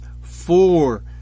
Four